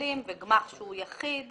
המפקח לא יברר תלונה בעניין שהחל בו בית דין,